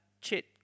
Chit